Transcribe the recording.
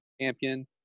champion